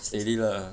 steady lah